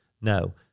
No